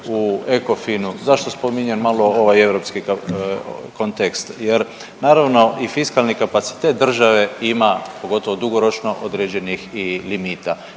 u ECOFIN-u. Zašto spominjem malo ovaj europski kontekst, jer naravno i fiskalni kapacitet države ima pogotovo dugoročno određenih i limita.